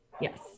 yes